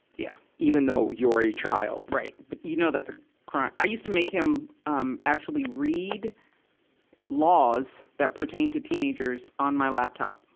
yeah. even though you're a child. right. but, you know that's a crime. i used to make him, um, actually read laws that pertain to teenagers on my laptop,